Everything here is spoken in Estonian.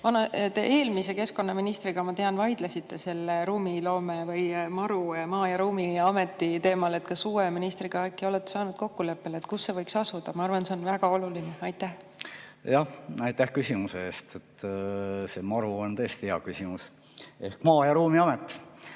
Te eelmise keskkonnaministriga, ma tean, vaidlesite selle ruumiloome või MARU, maa- ja ruumiameti teemal. Kas uue ministriga äkki olete saanud kokkuleppele, kus see võiks asuda? Ma arvan, et see on väga oluline. Aitäh küsimuse eest! See MARU on tõesti hea küsimus. Ehk maa- ja ruumiamet.